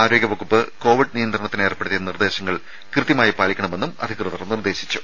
ആരോഗ്യ വകുപ്പ് കോവിഡ് നിയന്ത്രണത്തിന് ഏർപ്പെടുത്തിയ നിർദേശങ്ങൾ കൃത്യമായി പാലിക്കണമെന്നും അധികൃതർ നിർദേശിച്ചു